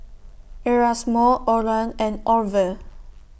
Erasmo Oran and Orville